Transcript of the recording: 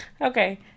Okay